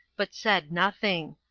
but said nothing.